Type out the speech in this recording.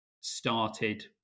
started